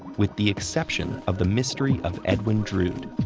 with the exception of the mystery of edwin drood.